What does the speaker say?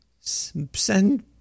send